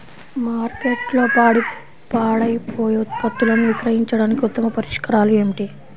మార్కెట్లో పాడైపోయే ఉత్పత్తులను విక్రయించడానికి ఉత్తమ పరిష్కారాలు ఏమిటి?